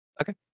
Okay